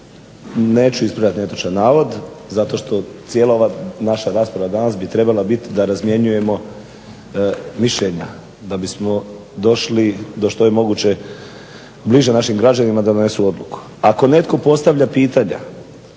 neću ispravljati netočan navod zato što cijela ova naša rasprava danas bi trebala biti da razmjenjujemo mišljenja da bismo došli do što je moguće bliže našim građanima da donesu odluku. Ako netko postavlja pitanja